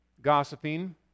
Gossiping